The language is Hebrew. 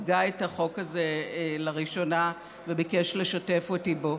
הגה את החוק הזה לראשונה וביקש לשתף אותי בו,